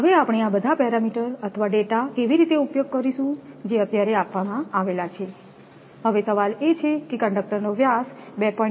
તેથી આપણે આ બધા પેરામીટર અથવા ડેટા કેવી રીતે ઉપયોગ કરીશું જે અત્યારે આપવામાં આવેલા છે હવે સવાલ એ છે કે કંડક્ટરનો વ્યાસ 2